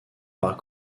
par